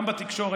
גם בתקשורת.